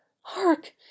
hark